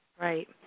Right